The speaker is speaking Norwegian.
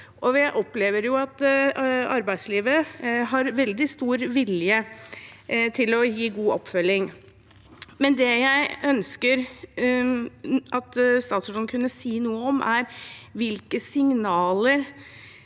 Og vi opplever at arbeidslivet har veldig stor vilje til å gi god oppfølging. Det jeg ønsker at statsråden skal si noe om, er hvilke signaler